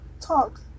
talk